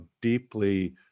deeply